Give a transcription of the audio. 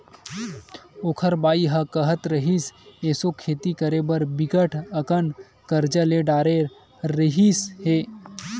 ओखर बाई ह काहत रिहिस, एसो खेती करे बर बिकट अकन करजा ले डरे रिहिस हे